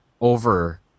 over